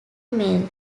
male